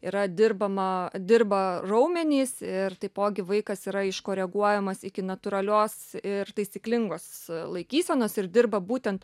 yra dirbama dirba raumenys ir taipogi vaikas yra iš koreguojamas iki natūralios ir taisyklingos laikysenos ir dirba būtent